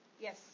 Yes